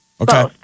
Okay